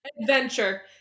adventure